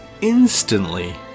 instantly